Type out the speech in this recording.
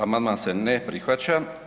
Amandman se ne prihvaća.